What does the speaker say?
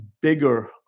bigger